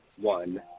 one